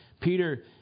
Peter